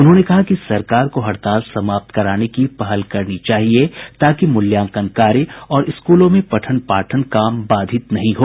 उन्होंने कहा कि सरकार को हड़ताल समाप्त कराने की पहल करनी चाहिए ताकि मूल्यांकन कार्य और स्कूलों में पठन पाठन कार्य बाधित न हो